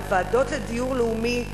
הוועדות לדיור לאומי,